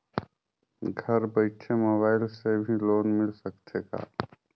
घर बइठे मोबाईल से भी लोन मिल सकथे का?